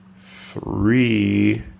three